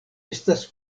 estas